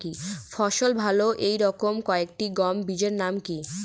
ফলন ভালো এই রকম কয়েকটি গম বীজের নাম কি?